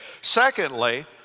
Secondly